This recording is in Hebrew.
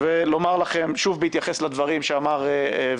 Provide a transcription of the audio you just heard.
ולומר לכם שוב בהתייחס לדברים והפוש